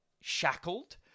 shackled